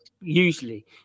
Usually